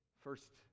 first